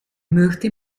möchte